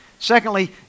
Secondly